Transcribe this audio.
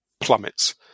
plummets